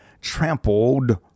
trampled